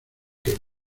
que